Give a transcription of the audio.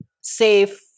safe